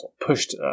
pushed